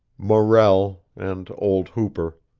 morrell, and old hooper.